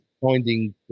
finding